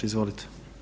Izvolite.